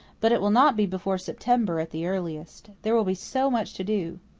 but it will not be before september, at the earliest. there will be so much to do.